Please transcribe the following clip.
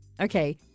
okay